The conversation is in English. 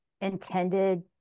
intended